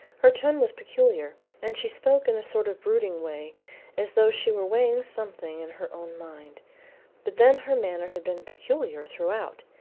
her tone was peculiar, and she spoke in a sort of brooding way as though she were weighing something in her own mind but then her manner had been peculiar throughout.